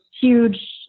huge